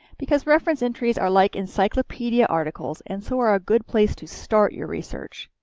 because reference entries are like encyclopedia articles and so are a good place to start your research.